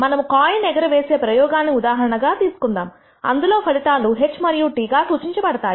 మనము కాయిన్ ఎగరవేసే ప్రయోగాన్ని ఉదాహరణగా తీసుకుందాం అందులో ఫలితాలు H మరియు T గా సూచించబడతాయి